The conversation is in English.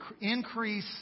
increase